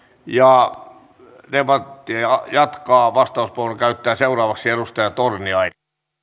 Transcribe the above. ja debattia jatkaa vastauspuheenvuoron käyttää seuraavaksi edustaja torniainen arvoisa